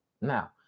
Now